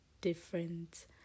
different